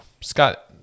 Scott